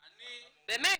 באמת.